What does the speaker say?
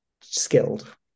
skilled